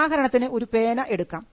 ഉദാഹരണത്തിന് ഒരു പേന എടുക്കാം